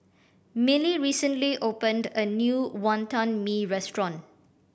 Milly recently opened a new Wonton Mee restaurant